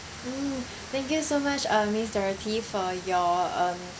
mm thank you so much uh miss dorothy for your uh